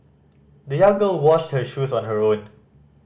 the young girl washed her shoes on her own